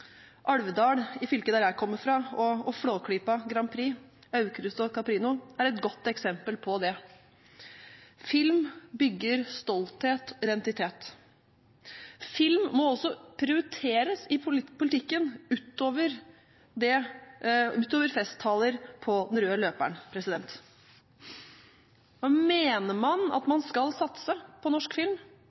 Alvdal i fylket der jeg kommer fra, og Flåklypa Grand Prix, Aukrust og Caprino er et godt eksempel på det. Film bygger stolthet og identitet. Film må også prioriteres i politikken, utover festtaler på den røde løperen. Mener man at man skal satse på norsk film,